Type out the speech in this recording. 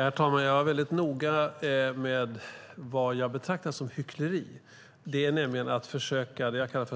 Herr talman! Jag är noga med vad jag betraktar som hyckleri. Det är nämligen att försöka